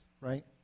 right